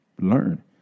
Learn